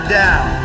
down